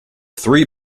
three